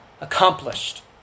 accomplished